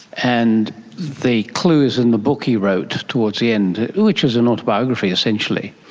and the clue is in the book he wrote, towards the end, which is an autobiography, essentially,